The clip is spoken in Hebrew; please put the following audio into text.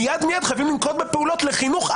מיד מיד חייבים לנקוט בפעולות לחינוך: